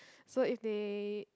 so if they